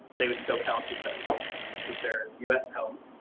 they would still counts because this is their us